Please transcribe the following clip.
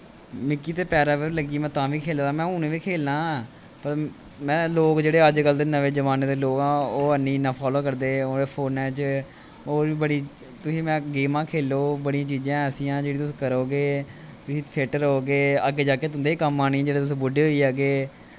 मिगी ते पैरा पर लग्गी मैं तां बी खेला मैं हून बी खेलना पर मैं लोक जेह्ड़े अजकल्ल दे नमें जमाने दे लोग आं ओह् हैनी इन्ना फालो करदे ओह् फोने च होर बी बड़ी तुसें मैं गेमां खेलो बड़ियां चीजां ऐसियां जेह्ड़े तुस करोगे तुसी फिट रौह्गे अग्गें जाके तुं'दे ही कम्म आनी जिसलै तुस बुड्ढे होई जाह्गे